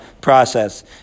process